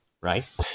right